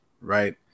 right